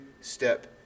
step